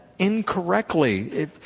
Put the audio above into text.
incorrectly